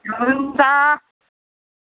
हुन्छ